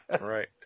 right